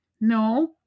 No